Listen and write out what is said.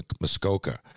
Muskoka